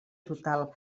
total